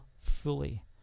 fully